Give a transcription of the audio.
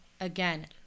Again